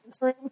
room